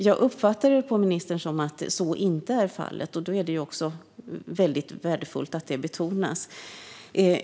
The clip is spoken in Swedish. Jag uppfattar ministern som att så inte är fallet, och det vore väldigt värdefullt om det betonades.